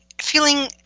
feeling